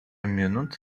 minute